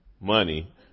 money